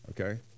okay